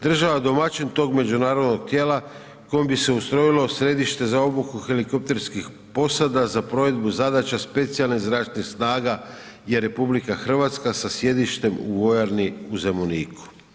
Država domaćin tog međunarodnog tijela kojom bi se ustrojilo središte za obuku helikopterskih posada za provedbu zadaća specijalnih zračnih snaga je RH sa sjedištem u vojarni u Zemuniku.